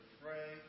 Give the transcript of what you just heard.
pray